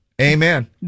Amen